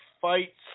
fights